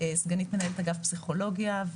סגנית מנהלת אגף פסיכולוגיה,